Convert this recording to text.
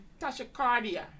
tachycardia